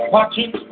Watching